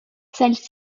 celle